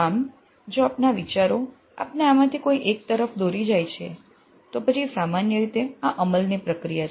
આમ જો આપના વિચારો આપને આમાંથી કોઈ એક તરફ દોરી જાય છે તો પછી સામાન્ય રીતે આ અમલની પ્રક્રિયા છે